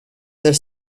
there